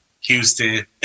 Houston